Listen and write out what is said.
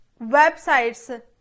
websites